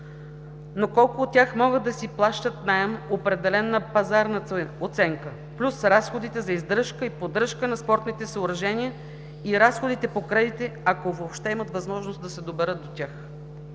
Но колко от тях могат да си плащат наем, определен на пазарната оценка плюс разходите за издръжка и поддръжка на спортните съоръжения и разходите по кредитите, ако въобще имат възможност да се доберат до тях?